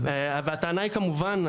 והטענה היא כמובן,